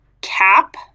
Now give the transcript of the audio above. cap